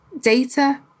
Data